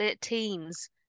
teens